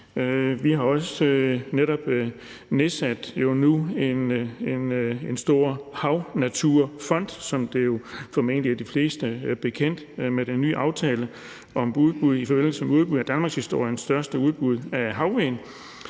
Vi har også netop oprettet en stor havnaturfond, som det formentlig er de fleste bekendt, med den nye aftale i forbindelse med danmarkshistoriens største udbud af havvind.